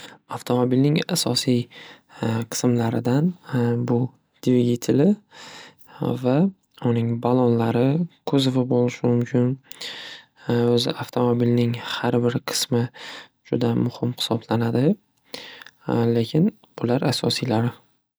Avtomobilning asosiy qismlaridan bu dvigiteli va uning balonlari kuzovi bo'lishi mumkin. O'zi avtomobilning xar bir qismi juda muhim hisoblanadi. Lekin bular asosiylari.